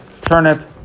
turnip